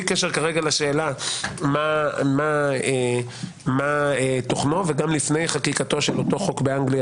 קשר כרגע לשאלה מה תוכנו וגם לפני חקיקתו של אותו חוק באנגליה